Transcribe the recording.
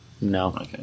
No